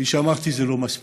כפי שאמרתי, זה לא מספיק.